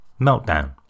meltdown